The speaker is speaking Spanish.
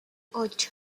ocho